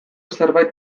zerbait